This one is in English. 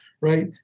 right